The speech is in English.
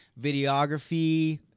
videography